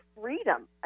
freedom